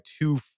two